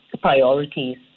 priorities